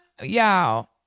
y'all